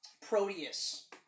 Proteus